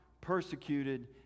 persecuted